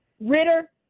Ritter